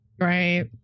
Right